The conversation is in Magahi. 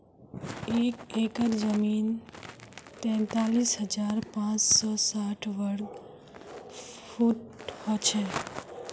एक एकड़ जमीन तैंतालीस हजार पांच सौ साठ वर्ग फुट हो छे